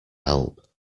help